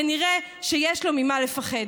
כנראה שיש לו ממה לפחד.